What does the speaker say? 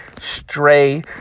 stray